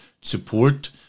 support